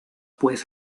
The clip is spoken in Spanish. pues